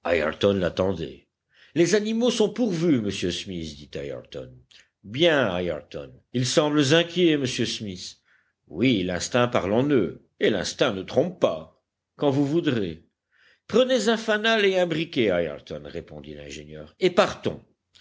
l'attendait les animaux sont pourvus monsieur smith dit ayrton bien ayrton ils semblent inquiets monsieur smith oui l'instinct parle en eux et l'instinct ne trompe pas quand vous voudrez prenez un fanal et un briquet ayrton répondit l'ingénieur et partons